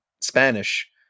Spanish